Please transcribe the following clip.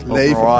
leven